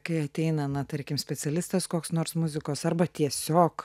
kai ateina na tarkim specialistas koks nors muzikos arba tiesiog